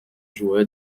joueurs